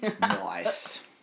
Nice